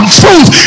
truth